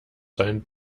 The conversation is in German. sein